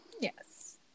Yes